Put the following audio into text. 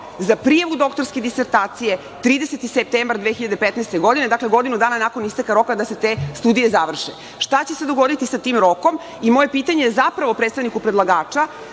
za prijavu doktorske disertacije, 30. septembar 2015. godine, dakle, godinu dana nakon isteka roka da se te studije završe. Šta će se dogoditi sa tim rokom? I, moje pitanje je zapravo predstavniku predlagača